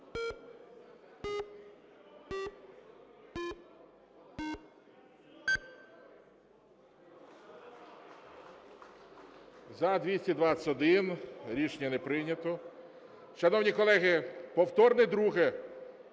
За-221 Рішення не прийнято. Шановні колеги, повторне друге.